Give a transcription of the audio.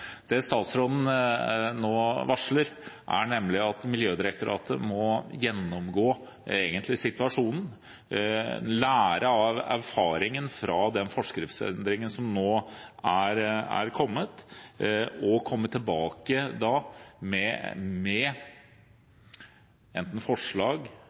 det statsråden nå varsler, nemlig at Miljødirektoratet må gjennomgå situasjonen, lære av erfaringen fra den forskriftsendringen som nå er kommet, og komme tilbake med enten forslag,